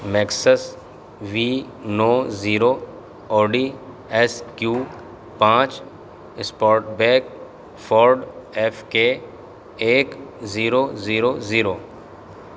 میکسس V نو zero Audi S Q پانچ spot bag Ford F K ایک zero zero zero